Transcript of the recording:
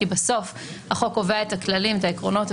כי בסוף החוק קובע את הכללים ואת העקרונות,